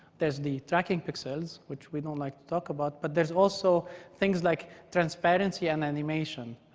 there's the tracking pixels, which we don't like talk about. but there's also things like transparency and animation.